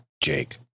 Jake